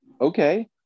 okay